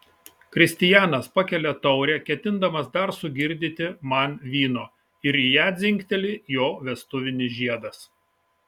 kristijanas pakelia taurę ketindamas dar sugirdyti man vyno ir į ją dzingteli jo vestuvinis žiedas